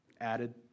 added